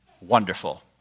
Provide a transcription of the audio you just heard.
Wonderful